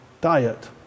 diet